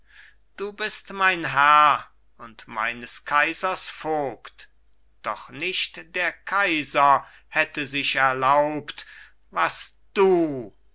du bist mein herr und meines kaisers vogt doch nicht der kaiser hätte sich erlaubt was du